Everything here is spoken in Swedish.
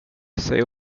säg